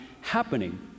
happening